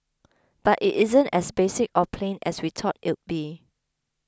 but it isn't as basic or plain as we thought it'd be